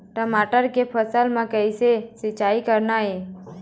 टमाटर के फसल म किसे सिचाई करना ये?